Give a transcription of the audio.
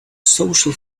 social